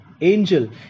angel